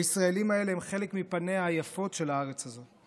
הישראלים האלה הם חלק מפניה היפות של הארץ הזו.